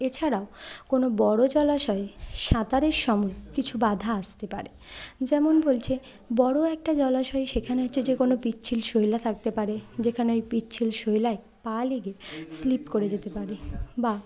এছাড়াও কোনো বড়ো জলাশয়ে সাঁতারের সময়ে কিছু বাধা আসতে পারে যেমন বলছে বড়ো একটা জলাশয় সেখানে হচ্ছে যে কোনো পিচ্ছিল শইলা থাকতে পারে যেখানে ওই পিচ্ছিল শইলায় পা লেগে স্লিপ করে যেতে পারে বা